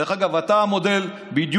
דרך אגב, אתה המודל בדיוק